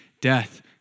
death